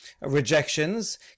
rejections